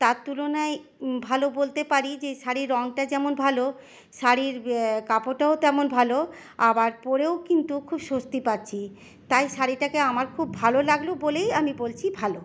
তার তুলনায় ভালো বলতে পারি যে শাড়ির রঙটা যেমন ভালো শাড়ির কাপড়টাও তেমন ভালো আবার পরেও কিন্তু খুব স্বস্তি পাচ্ছি তাই শাড়িটাকে আমার খুব ভালো লাগলো বলেই আমি বলছি ভালো